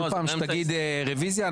כל פעם שתגיד רביזיה,